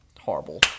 Horrible